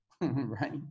right